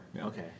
Okay